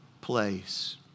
place